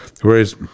whereas